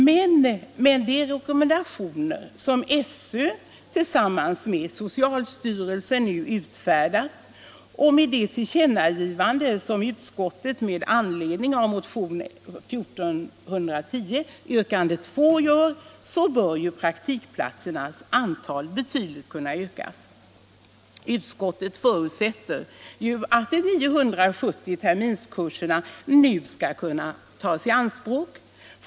Men med de rekommendationer som SÖ tillsammans med socialstyrelsen nu utfärdat och med det tillkännagivande som utskottet med anledning av motion 1410, yrkande 2, föreslår bör praktikplatsernas antal betydligt kunna ökas. Utskottet förutsätter att de 970 terminskurserna nu skall kunna tas i anspråk.